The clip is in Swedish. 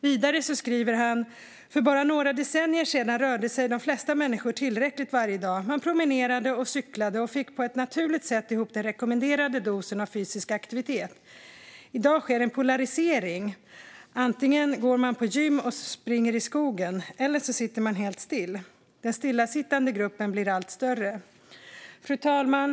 Vidare skriver han: "För bara några decennier sedan rörde sig de flesta människor tillräckligt varje dag. Man promenerade och cyklade och fick på ett naturligt sätt ihop den rekommenderade dosen fysisk aktivitet. I dag sker en polarisering: antingen går man på gym och springer i skogen. Eller också sitter man helt still. Den stillasittande gruppen blir allt större." Fru talman!